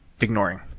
ignoring